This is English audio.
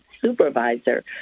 supervisor